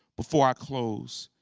before i close,